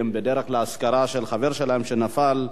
הם בדרך לאזכרה של חבר שלהם שנפל.